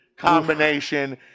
combination